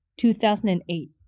2008